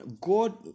God